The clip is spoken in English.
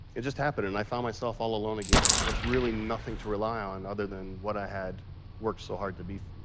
it just happened, and i found myself all alone again with really nothing to rely on other than what i had worked so hard to be